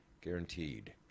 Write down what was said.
guaranteed